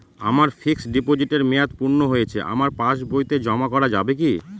আমার ফিক্সট ডিপোজিটের মেয়াদ পূর্ণ হয়েছে আমার পাস বইতে জমা করা যাবে কি?